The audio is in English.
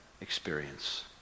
experience